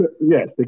yes